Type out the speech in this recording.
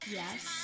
yes